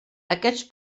aquests